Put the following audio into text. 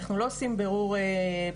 אנחנו לא עושים בירור פלילי.